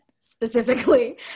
specifically